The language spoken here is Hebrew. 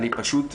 אני פשוט,